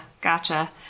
gotcha